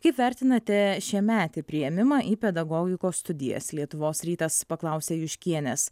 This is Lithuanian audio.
kaip vertinate šiemetį priėmimą į pedagogikos studijas lietuvos rytas paklausė juškienės